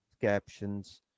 captions